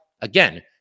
Again